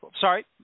Sorry